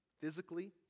physically